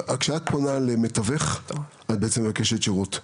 כשאת פונה למתווך, את בעצם מבקשת שירות.